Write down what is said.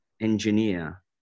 engineer